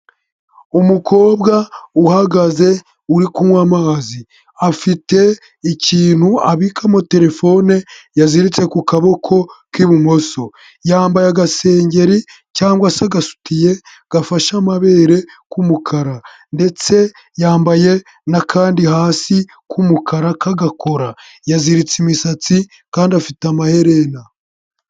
Umukobwa uhagaze uri kunywa amazi, afite ikintu abikamo telefone yaziritse ku kaboko k'ibumoso. Yambaye agasengeri cyangwa se agasutiye gafashe amabere k'umukara, ndetse yambaye n'akandi hasi k'umukara k'agakora. Yaziritse imisatsi kandi afite amaherena.